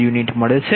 u મળે છે